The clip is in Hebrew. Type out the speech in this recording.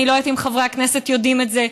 אני לא יודעת אם חברי הכנסת יודעים את זה,